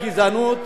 כמעט